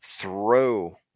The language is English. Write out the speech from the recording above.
throw